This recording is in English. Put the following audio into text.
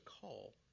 call